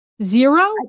Zero